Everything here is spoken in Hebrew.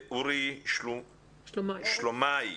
אורי שלומאי,